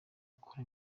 akora